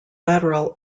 lateral